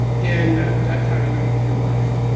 and that's how you know when you're wise.